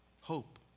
hope